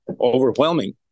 overwhelming